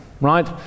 Right